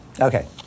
Okay